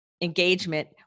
engagement